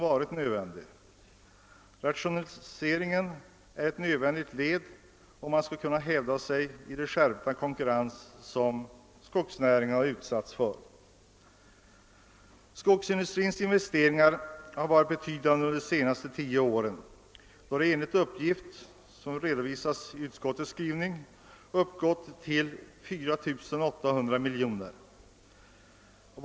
Denna rationalisering utgör ett nödvändigt led för att skogsnäringen skall kunna hävda sig i den skärpta konkurrens den utsätts för. Skogsindustrins investeringar har varit betydande under de senaste tio åren och uppgår enligt uppgift i utskottsutlåtandet till 4 800 miljoner kronor.